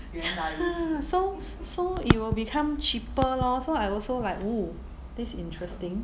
ya so so it will become cheaper lor so I also like !woo! this interesting